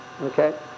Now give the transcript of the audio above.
Okay